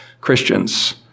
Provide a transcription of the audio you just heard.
Christians